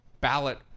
ballot